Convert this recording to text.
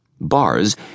bars